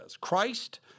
Christ